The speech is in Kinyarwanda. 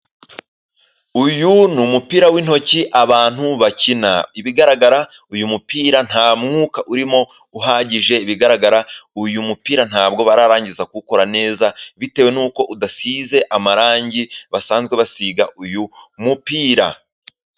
Uyu n'umupira w'intoki abantu bakina, ibigaragara uyu mupira nta mwuka urimo uhagije, ibigaragara uyu mupira ntabwo bararangiza kuwukora neza, bitewe nuko udasize amarangi basanzwe basiga uyu mupira.